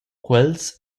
quels